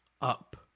up